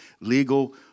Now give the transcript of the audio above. legal